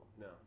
No